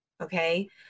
Okay